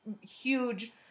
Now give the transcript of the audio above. huge